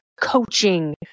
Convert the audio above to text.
coaching